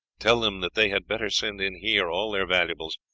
tell them that they had better send in here all their valuables,